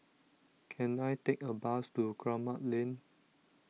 can I take a bus to Kramat Lane